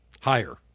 Higher